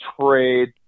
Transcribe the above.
trade